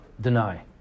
Deny